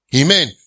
Amen